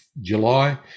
July